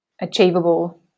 achievable